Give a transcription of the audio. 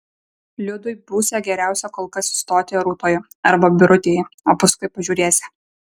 liudui būsią geriausia kol kas sustoti rūtoje arba birutėje o paskui pažiūrėsią